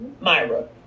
Myra